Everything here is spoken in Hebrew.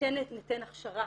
כן ניתן הכשרה